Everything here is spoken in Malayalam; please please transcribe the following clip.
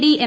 D M